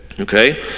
Okay